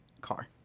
Car